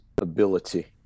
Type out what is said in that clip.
ability